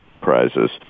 Prizes